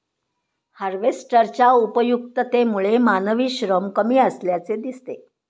हार्वेस्टरच्या उपयुक्ततेमुळे मानवी श्रम कमी असल्याचे दिसते